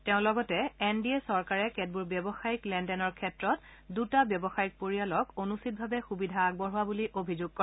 তেওঁ লগতে N D A চৰকাৰে কেতবোৰ ব্যৱসায়িক লেন দেনৰ ক্ষেত্ৰত দুটা ব্যৱসায়িক পৰিয়ালক অনুচিতভাৱে সুবিধা আগবঢ়োৱা বুলি অভিযোগ কৰে